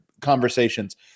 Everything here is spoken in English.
conversations